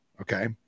Okay